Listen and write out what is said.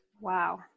Wow